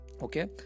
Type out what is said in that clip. okay